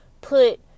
put